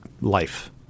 life